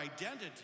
identity